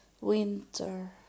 winter